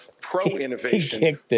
pro-innovation